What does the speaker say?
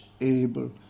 able